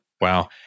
Wow